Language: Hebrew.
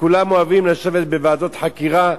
וכולם אוהבים לשבת בוועדות חקירה,